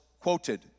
quoted